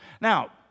Now